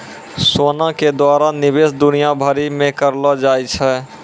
सोना के द्वारा निवेश दुनिया भरि मे करलो जाय छै